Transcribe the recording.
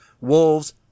wolves